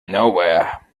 nowhere